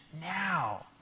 now